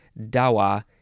dawa